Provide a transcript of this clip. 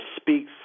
speaks